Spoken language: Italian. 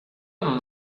non